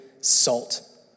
salt